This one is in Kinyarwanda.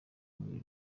bakiri